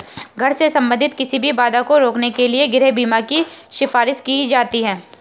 घर से संबंधित किसी भी बाधा को रोकने के लिए गृह बीमा की सिफारिश की जाती हैं